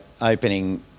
opening